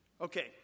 Okay